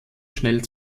schnell